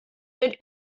sind